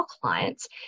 clients